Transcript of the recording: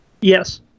Yes